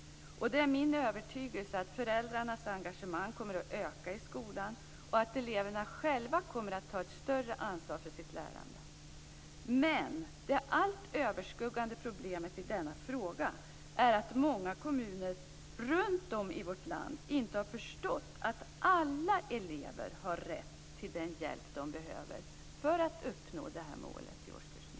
Det är min övertygelse att föräldrarnas engagemang kommer att öka i skolan och att eleverna själva kommer att ta ett större ansvar för sitt lärande. Men det allt överskuggande problemet i denna fråga är att många kommuner runt om i vårt land inte har förstått att alla elever har rätt till den hjälp de behöver för att uppnå det här målet i årskurs 9.